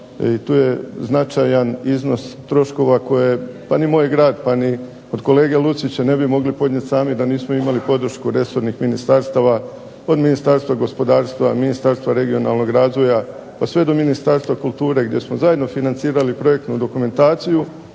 tu je značajan iznos troškova koje pa ni moj grad, pa ni od kolege LUcića ne bi mogli podnijeti sami da nismo imali podršku resornih ministarstava, od Ministarstva gospodarstva, Ministarstva regionalnog razvoja pa do Ministarstva kulture gdje smo zajedno financirali projektnu dokumentaciju,